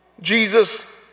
Jesus